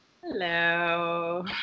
Hello